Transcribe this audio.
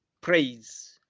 Praise